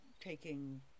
taking